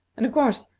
and, of course,